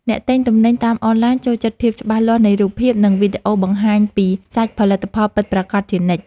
អ្នកទិញទំនិញតាមអនឡាញចូលចិត្តភាពច្បាស់លាស់នៃរូបភាព និងវីដេអូបង្ហាញពីសាច់ផលិតផលពិតប្រាកដជានិច្ច។